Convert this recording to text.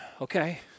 okay